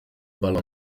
balo